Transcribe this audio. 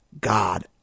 God